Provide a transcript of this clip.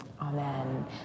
Amen